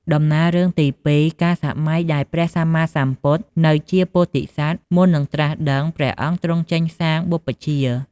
ដំណាលរឿងទី២ កាលសម័យដែលព្រះសម្មាសម្ពុទនៅជាពោធិសត្វ មុននឹងត្រាស់ដឹងព្រះអង្គទ្រង់ចេញសាងបុព្វជ្ជា។